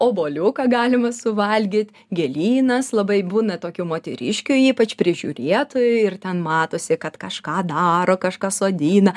obuoliuką galima suvalgyt gėlynas labai būna tokių moteriškių ypač prižiūrėtų ir ten matosi kad kažką daro kažką sodina